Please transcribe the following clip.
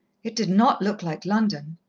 it did not look like london.